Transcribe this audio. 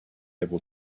able